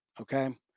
Okay